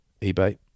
eBay